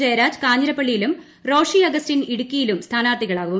ജയരാജ് കാഞ്ഞിരപ്പള്ളിയിലും റോഷി അഗസ്റ്റിൻ ഇടുക്കിയിലും സ്ഥാനാർത്ഥികളാവും